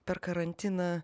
per karantiną